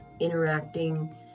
interacting